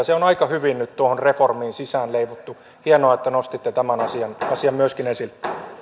se on aika hyvin nyt tuohon reformiin sisäänleivottu hienoa että nostitte tämän asian asian myöskin esille